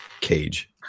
cage